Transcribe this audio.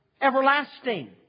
Everlasting